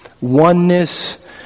oneness